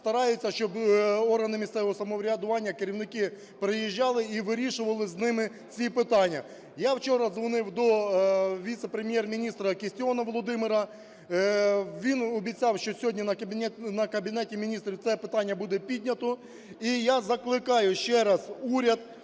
стараються, щоб органи місцевого самоврядування, керівники, приїжджали і вирішували з ними ці питання. Я вчора дзвонив до віце-прем'єр-міністра Кістіона Володимира. Він обіцяв, що сьогодні на Кабінеті Міністрів це питання буде піднято. І я закликаю ще раз уряд